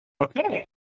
Okay